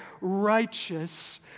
righteous